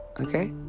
Okay